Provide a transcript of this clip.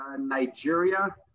Nigeria